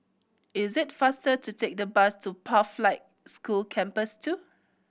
is it faster to take the bus to Pathlight School Campus Two